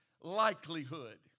likelihood